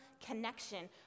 connection